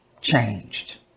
changed